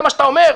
זה מה שאתה אומר?